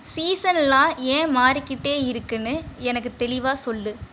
சீசன்லாம் ஏன் மாறிக்கிட்டே இருக்குதுனு எனக்கு தெளிவாக சொல்